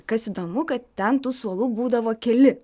kas įdomu kad ten tų suolų būdavo keli